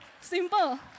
simple